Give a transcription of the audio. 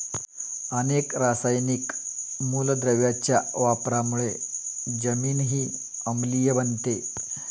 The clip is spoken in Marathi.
अनेक रासायनिक मूलद्रव्यांच्या वापरामुळे जमीनही आम्लीय बनते